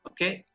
Okay